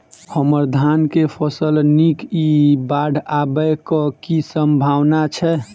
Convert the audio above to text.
हम्मर धान केँ फसल नीक इ बाढ़ आबै कऽ की सम्भावना छै?